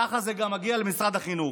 ככה זה גם מגיע למשרד החינוך.